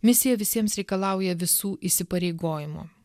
misija visiems reikalauja visų įsipareigojimo